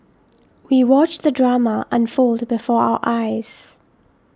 we watched the drama unfold before our eyes